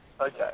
Okay